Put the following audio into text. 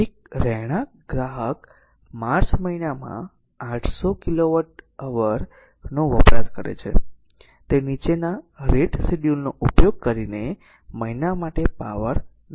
એક રહેણાંક ગ્રાહક માર્ચ મહિનામાં 800 કિલોવોટ અવર નો વપરાશ કરે છે તે નીચેના રેટ શેડ્યૂલનો ઉપયોગ કરીને મહિના માટે પાવર નક્કી કરે છે